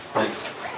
Thanks